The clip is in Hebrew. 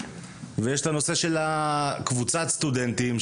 ויש את הנושא של קבוצת הסטודנטים,